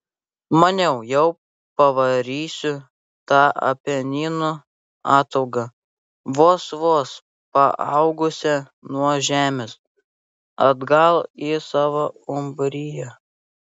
maniau jau pavarysiu tą apeninų ataugą vos vos paaugusią nuo žemės atgal į savo umbriją